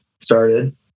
started